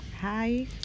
Hi